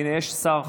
הינה, יש שר.